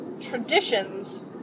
traditions